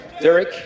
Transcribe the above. Derek